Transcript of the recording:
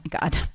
God